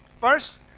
First